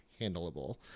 handleable